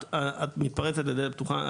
את מתפרצת לדלת פתוחה,